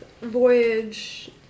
voyage